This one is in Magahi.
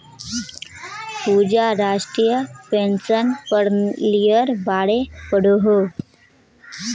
पूजा राष्ट्रीय पेंशन पर्नालिर बारे पढ़ोह